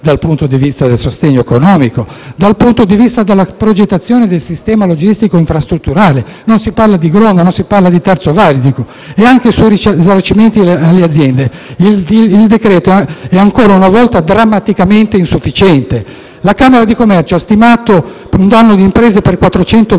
dal punto di vista del sostegno economico e dal punto di vista della progettazione del sistema logistico infrastrutturale: non si parla di Gronda, non si parla di terzo valico e, anche sui risarcimenti alle aziende, il decreto è, ancora una volta, drammaticamente insufficiente. La Camera di Commercio ha stimato un danno per le imprese pari